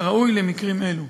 כראוי למקרים אלו.